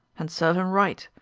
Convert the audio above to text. and serve him right!